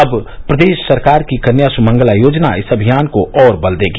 अब प्रदेश सरकार की कन्या सुमंगला योजना इस अभियान को और बल देगी